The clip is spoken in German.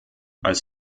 als